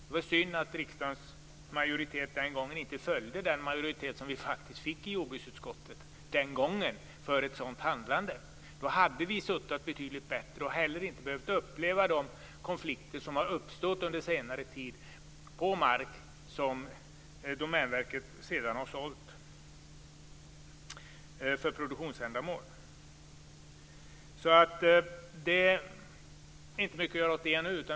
Det var synd att riksdagsmajoriteten inte följde jordbruksutskottets majoritet för ett sådant handlande. Då hade vi haft en betydligt bättre sits och hade inte heller behövt uppleva de konflikter som har uppstått under senare tid när det gäller mark som Domänverket senare har sålt för produktionsändamål. Det är inte mycket att göra åt det.